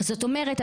זאת אומרת,